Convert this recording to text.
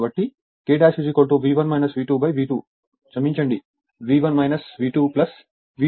కాబట్టి K V1 V2 V2 క్షమించండి V1 V2 V2 V2